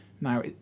Now